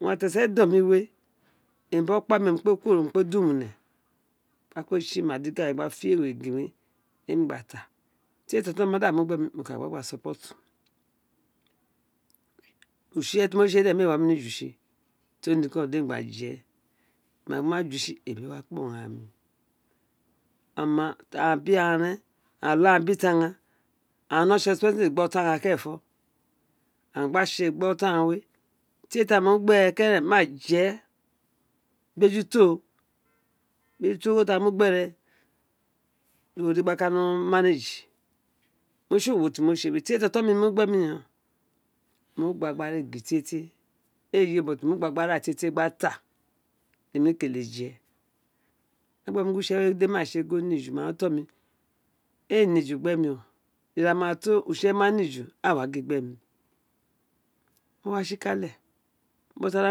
Esén don mi we ẹmi bi okpa mi mí o kpẹ kuworo mọ kpe du mune ka kpe tsi ima diga we gba fs ewe regin weu di emi gba taa tie to joten mr má mada bs kạ gba gba utse bem tse we kpa ọrandan tbu gba aghọan ren tr wé me wa nemí ja vi nikò déma je istori mò ma fu tsu ebi wa kpa ọma a bt aghsan ọlámr bi taghan aghan no tsiabi tadhan kerenfọ leine thi gor it olon aghan the fra ma gbere kevenfis ma jẹ bejuto bejito óghó a ng vi obá gbà ká owun re tst owo temr mo the we the ti oton mi mu abe mi ren mọ abs tre le fe o mọ gba gba ra egin tie tie êê fe ó mọ gba ra urum tiẹ tíẹ gbe taa tí mì a kele jè a gba gin utse we ni ju or eme ma tse mo ka gin ótón mi êê ni ju gbe mi ira ma tò utse we ma nr ju gbórn a wa gin gbem mọ wá tsikale ti ara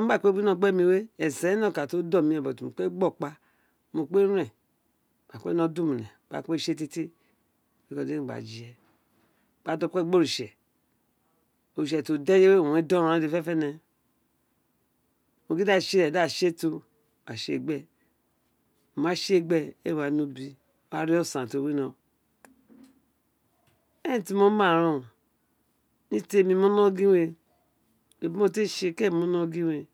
ma gba wíno gbò m we ésén we nokan wé ó dón mí ò mò bpe gbi okpa mo kpe ren mó kpe no duḿen gba kpe tietie br dr emi gba jê gba dr okpe gbi õritse oritse dr ọ dí éyé wé ọwin we da óròn we fenefene tr ô gin de tse ren da tsi gbe wọ ma tse gbe ee wa ni ubi wó wa ri osan tr owino eren ti ḿo ma rêên ọ wino érèn tr mò ma réén ó ni te mó no gin wé éwe i mó téno nọ̀ gin rén.